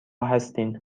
هستین